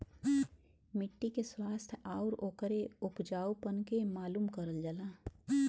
मट्टी के स्वास्थ्य आउर ओकरे उपजाऊपन के मालूम करल जाला